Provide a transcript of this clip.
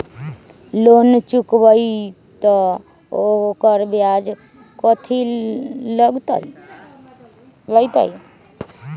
Loan चुकबई त ओकर ब्याज कथि चलतई?